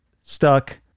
stuck